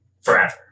forever